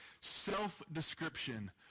self-description